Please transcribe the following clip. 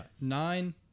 Nine